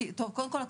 קודם כל,